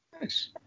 Nice